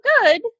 good